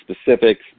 specifics